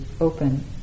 open